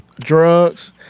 drugs